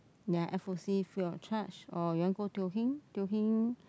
ya f_o_c free of charge or you want go Teo-Heng Teo-Heng